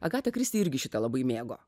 agata kristi irgi šį tą labai mėgo